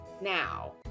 now